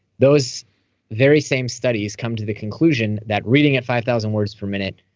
those very same studies come to the conclusion that reading at five thousand words per minute,